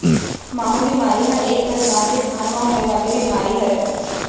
माहूँ बेमारी ह एक परकार ले धान म होय वाले बीमारी हरय